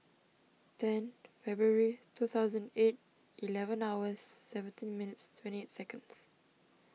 ten February two thousand eight eleven hours seventeen minutes twenty eight seconds